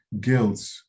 guilt